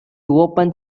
open